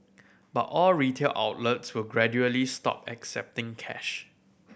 but all retail outlets will gradually stop accepting cash